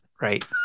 Right